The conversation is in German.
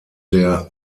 der